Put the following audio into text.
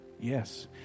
Yes